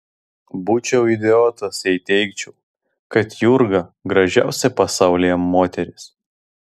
būčiau idiotas jei teigčiau kad jurga gražiausia pasaulyje moteris